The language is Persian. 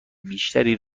بیشتری